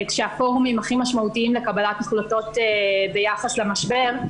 כשהפורומים הכי משמעותיים לקבלת החלטות ביחס למשבר,